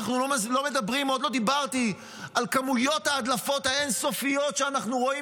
עוד לא דיברתי על כמויות ההדלפות האין-סופיות שאנחנו רואים